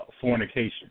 fornication